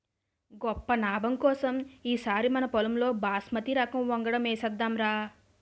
గొప్ప నాబం కోసం ఈ సారి మనపొలంలో బాస్మతి రకం వంగడం ఏసేద్దాంరా